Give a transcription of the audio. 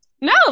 No